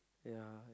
ya